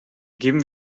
geben